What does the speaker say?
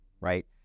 right